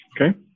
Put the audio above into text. Okay